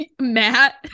Matt